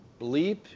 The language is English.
bleep